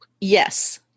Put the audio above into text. yes